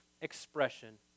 expression